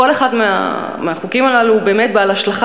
כל אחד מהחוקים הללו הוא באמת בעל השלכה